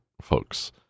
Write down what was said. folks